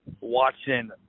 watching